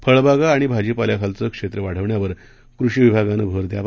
फळबागा आणि भाजीपाल्याखालचं क्षेत्र वाढवण्यावर कृषी विभागानं भर द्यावा